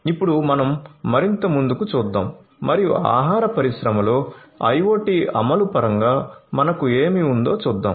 ఇప్పుడు మనం మరింత ముందుకు చూద్దాం మరియు ఆహార పరిశ్రమలో IoT అమలు పరంగా మనకు ఏమి ఉందో చూద్దాం